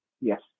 Yes